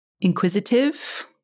inquisitive